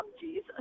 Jesus